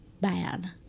bad